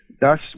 Thus